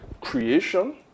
Creation